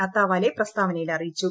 അതാവാലെ പ്രസ്താവനയിൽ അറിയിച്ചു